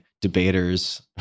debaters